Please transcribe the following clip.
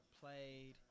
played